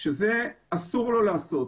מה שאסור לו לעשות.